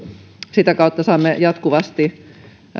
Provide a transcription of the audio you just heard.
sitä kautta saamme jatkuvasti